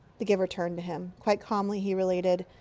the giver turned to him. quite calmly, he related,